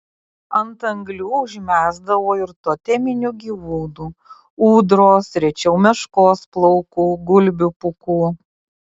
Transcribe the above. ant anglių užmesdavo ir toteminių gyvūnų ūdros rečiau meškos plaukų gulbių pūkų